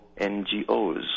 NGOs